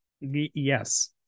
Yes